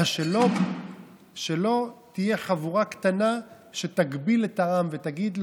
שלא תהיה חבורה קטנה שתגביל את העם ותגיד לו: